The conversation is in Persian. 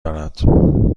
دارد